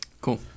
Cool